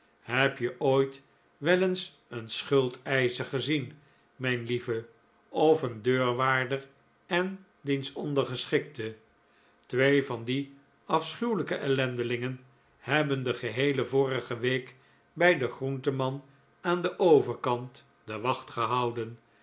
heb je ooit wel eens een schuldeischer gezien mijn lieve of een deurwaarder en diens ondergeschikte twee van die afschuwelijke ellendelingen hebben de geheele vorige week bij den groenteman aan den overkant de wacht gehouden